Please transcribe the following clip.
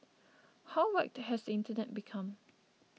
how whacked has the internet become